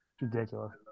Ridiculous